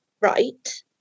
Right